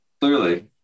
clearly